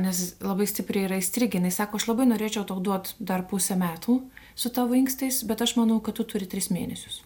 nes labai stipriai yra įstrigę sako aš labai norėčiau tau duot dar pusę metų su tavo inkstais bet aš manau kad tu turi tris mėnesius